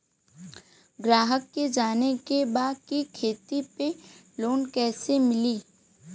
ग्राहक के जाने के बा की खेती पे लोन कैसे मीली?